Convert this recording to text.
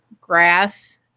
grass